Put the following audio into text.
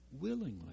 willingly